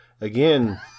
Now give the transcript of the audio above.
Again